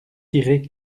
tirer